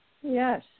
Yes